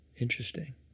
Interesting